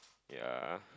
ya